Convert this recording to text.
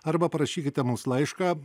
arba parašykite mums laišką